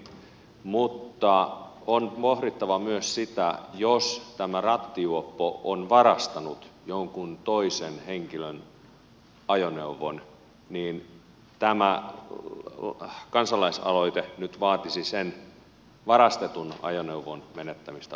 mutta on pohdittava myös sitä että jos tämä rattijuoppo on varastanut jonkun toisen henkilön ajoneuvon niin tämä kansalaisaloite nyt vaatisi sen varastetun ajoneuvon menettämistä valtiolle